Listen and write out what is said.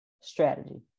strategy